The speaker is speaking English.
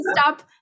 stop